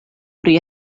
pri